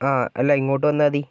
ആ അല്ലാ ഇങ്ങോട്ട് വന്നാൽ മതി